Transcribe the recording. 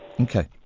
Okay